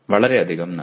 വളരെയധികം നന്ദി